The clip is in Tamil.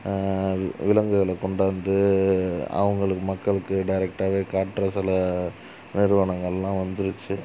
விலங்குகளை கொண்டாந்து அவங்களுக்கு மக்களுக்கு டைரெக்ட்டாவே காட்டுற சில நிறுவனங்கள்லாம் வந்துடுச்சு